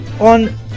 on